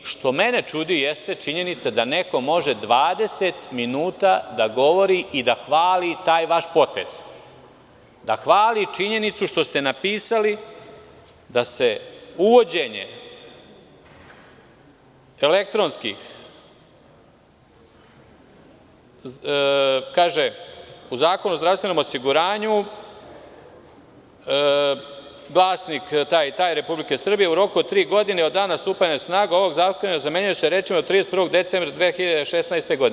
Ono što mene čudi jeste činjenica da neko može 20 minuta da govori i da hvali taj vaš potez, da hvali činjenicu što ste napisali da se uvođenje elektronskih, kaže - u Zakonu o zdravstvenom osiguranju glasnik taj i taj, Republike Srbije, u roku od tri godine od dana stupanja na snagu ovog zakona zamenjuje se rečima – od 31. decembra 2016. godine.